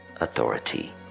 authority